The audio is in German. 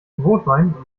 rotwein